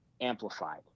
amplified